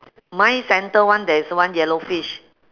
mine center one there is one yellow fish